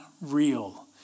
real